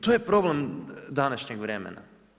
To je problem današnjeg vremena.